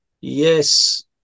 Yes